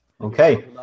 Okay